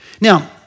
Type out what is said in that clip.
Now